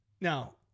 now